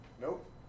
Nope